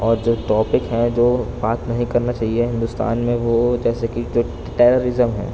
اور جو ٹاپک ہیں جو بات نہیں کرنا چاہیے ہندوستان میں وہ جیسے کہ ٹیررازم ہے